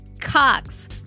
Cox-